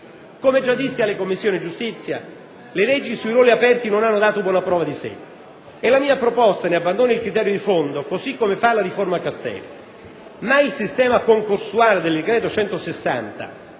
Come già dissi alle Commissioni giustizia, le leggi sui ruoli aperti non hanno dato buona prova di sé, e la mia proposta ne abbandona il criterio di fondo, così come fa la riforma Castelli. Ma il sistema concorsuale del citato